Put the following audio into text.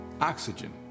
oxygen